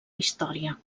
història